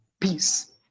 peace